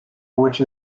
which